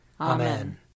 Amen